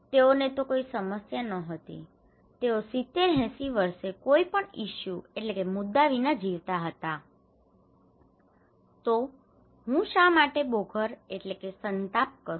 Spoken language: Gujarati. તેઓને તો કોઈ સમસ્યા ન હતી તેઓ 70 80 વર્ષ કોઈ પણ ઇસ્યુ issue મુદ્દા વિના જીવતા હતા તો હું શા માટે બૉધર bother સંતાપ કરું